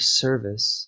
service